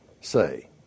say